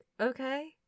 okay